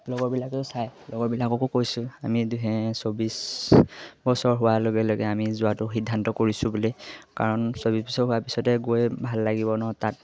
লগৰবিলাকেও চাই লগৰবিলাককো কৈছোঁ আমি দুহে চৌব্বিছ বছৰ হোৱাৰ লগে লগে আমি যোৱাটো সিদ্ধান্ত কৰিছোঁ বুলি কাৰণ চৌব্বিছ বছৰ হোৱাৰ পিছতে গৈ ভাল লাগিব ন তাত